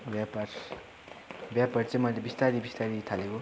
व्यापार व्यापार चाहिँ मैले बिस्तारै बिस्तारै थालेको